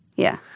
yeah.